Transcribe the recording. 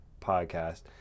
podcast